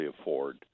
afford